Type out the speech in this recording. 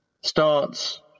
starts